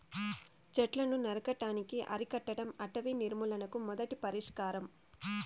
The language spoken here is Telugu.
చెట్లను నరకటాన్ని అరికట్టడం అటవీ నిర్మూలనకు మొదటి పరిష్కారం